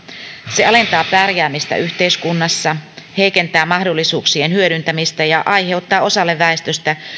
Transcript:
se alentaa pärjäämistä yhteiskunnassa heikentää mahdollisuuksien hyödyntämistä ja aiheuttaa osalle väestöstä